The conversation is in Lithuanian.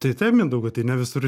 tai taip mindaugai tai ne visur